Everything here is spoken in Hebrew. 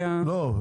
לא,